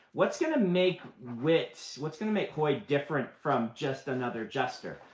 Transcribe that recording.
what's going to make wit, what's going to make hoid different from just another jester,